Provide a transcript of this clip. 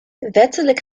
wettelijk